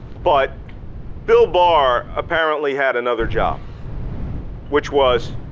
but bill barr apparently had another job which was,